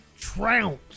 trounced